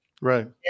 Right